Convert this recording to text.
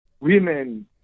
women